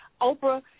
Oprah